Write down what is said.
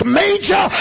major